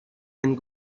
and